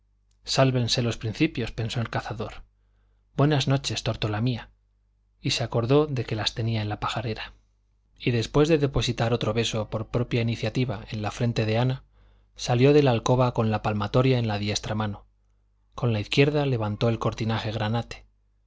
sálvense los principios pensó el cazador buenas noches tórtola mía y se acordó de las que tenía en la pajarera y después de depositar otro beso por propia iniciativa en la frente de ana salió de la alcoba con la palmatoria en la diestra mano con la izquierda levantó el cortinaje granate